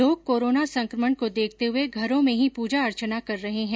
लोग कोरोना संक्रमण को देखते हुए घरों में ही पूजा अर्चना कर रहे है